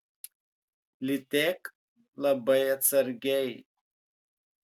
lytėk labai atsargiai